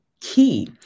key